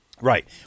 Right